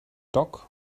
dock